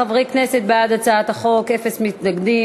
ההצעה להעביר את הצעת חוק איסור אלימות בספורט (תיקון)